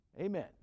Amen